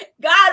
God